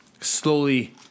slowly